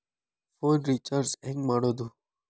Phone recharge ಹೆಂಗೆ ಮಾಡೋದು?